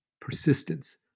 Persistence